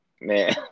Man